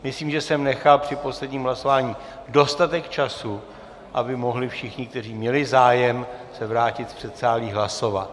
Myslím, že jsem nechal při posledním hlasování dostatek času, aby mohli všichni, kteří měli zájem, se vrátit z předsálí hlasovat.